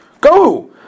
go